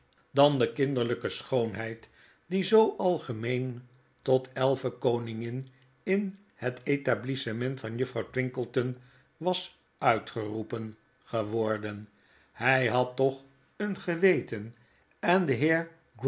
dan de kinderlpe scboonheid die zoo algemeen tot elfenkoningin in het etablissement van juffrouw twinkleton was uitgeroepen geworden hy had toch een geweten en de